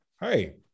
hey